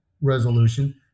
resolution